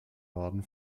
baden